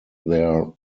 their